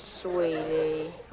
sweetie